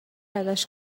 ازش